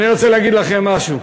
אני רוצה להגיד לכם משהו.